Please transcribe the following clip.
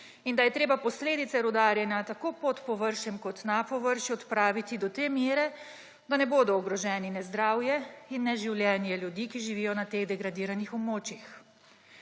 in da je treba posledice rudarjenja tako pod površjem kot na površju odpraviti do te mere, da ne bosta ogrožena ne zdravje in ne življenje ljudi, ki živijo na teh degradiranih območjih.